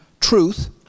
truth